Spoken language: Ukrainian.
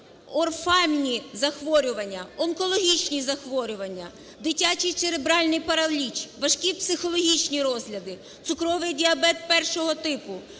орфанні захворювання, онкологічні захворювання, дитячий церебральний параліч, важкі психологічні розлади, цукровий діабет першого типу,